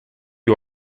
you